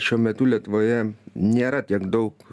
šiuo metu lietuvoje nėra tiek daug